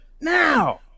now